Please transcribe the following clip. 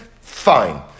fine